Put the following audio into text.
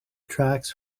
tracks